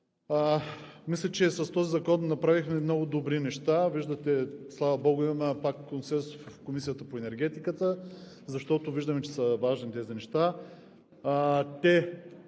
Мисля, че с този закон направихме много добри неща. Виждате, слава богу, имаме пак консенсус в Комисията по енергетиката, защото виждаме, че тези неща са